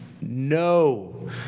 No